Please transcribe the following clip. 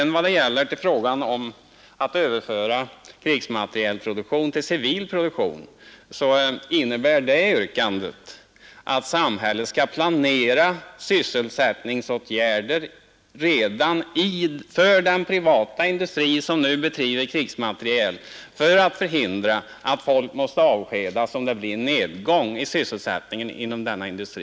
När det gäller att överföra krigsmaterielproduktion till civil produktion så innebär det yrkandet att samhället skall planera sysselsättningsåtgärder redan för den privata industri som nu bedriver krigsmaterieltillverkning för att förhindra att folk måste avskedas ifall det blir nedgång i denna industri.